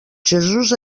jesús